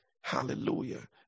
Hallelujah